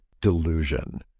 delusion